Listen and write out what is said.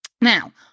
Now